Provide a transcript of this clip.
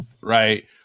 right